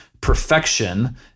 perfection